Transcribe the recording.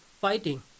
fighting